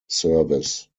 service